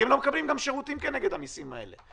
כי הם גם לא מקבלים שירותים כנגד המסים האלה,